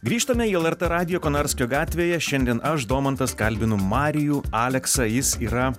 grįžtame į lrt radiją konarskio gatvėje šiandien aš domantas kalbinu marijų aleksą jis yra